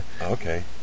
okay